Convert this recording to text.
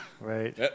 Right